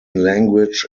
language